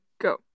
go